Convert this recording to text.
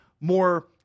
more